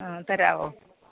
ആ തരാവോ